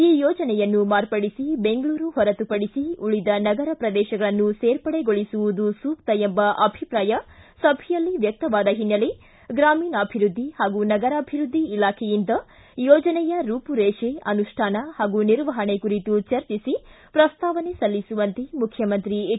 ಈ ಯೋಜನೆಯನ್ನು ಮಾರ್ಪಡಿಸಿ ದೆಂಗಳೂರು ಹೊರತುಪಡಿಸಿ ಉಳಿದ ನಗರ ಪ್ರದೇಶಗಳನ್ನು ಸೇರ್ಪಡೆಗೊಳಿಸುವುದು ಸೂಕ್ತ ಎಂಬ ಅಭಿಪ್ರಾಯ ಸಭೆಯಲ್ಲಿ ವ್ಯಕ್ತವಾದ ಹಿನ್ನೆಲೆ ಗ್ರಾಮೀಣಾಭಿವೃದ್ಧಿ ಹಾಗೂ ನಗರಾಭಿವೃದ್ಧಿ ಇಲಾಖೆಯಿಂದ ಯೋಜನೆಯ ರೂಪುರೇಷೆ ಅನುಷ್ಠಾನ ಹಾಗೂ ನಿರ್ವಹಣೆ ಕುರಿತು ಚರ್ಚಿಸಿ ಪ್ರಸ್ತಾವನೆ ಸಲ್ಲಿಸುವಂತೆ ಮುಖ್ಯಮಂತ್ರಿ ಎಚ್